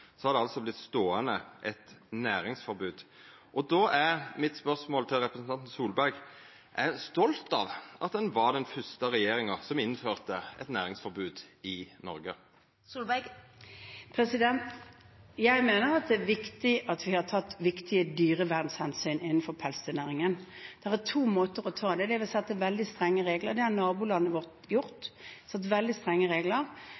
har det vorte ståande eit næringsforbod. Då er mitt spørsmål til representanten Solberg: Er ho stolt av å ha leia den fyrste regjeringa som innførte eit næringsforbod i Noreg? Jeg mener det er viktig at vi har tatt viktige dyrevernhensyn innenfor pelsdyrnæringen. Det er to måter å ta det på. Man kan sette veldig strenge regler – det har nabolandet vårt